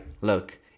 look